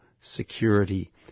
security